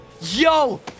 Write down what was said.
Yo